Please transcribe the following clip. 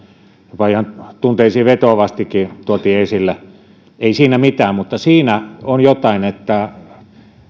jopa ihan tunteisiin vetoavastikin tuotiin esille ei siinä mitään mutta siinä on jotain että